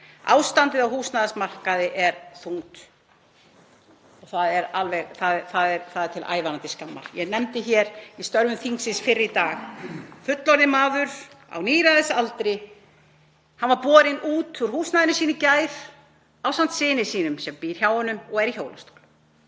Ástandið á húsnæðismarkaði er þungt og það er til ævarandi skammar. Ég nefndi í störfum þingsins fyrr í dag að fullorðinn maður á níræðisaldri hefði verið borinn út úr húsnæðinu sínu í gær ásamt syni sínum sem býr hjá honum og er í hjólastól.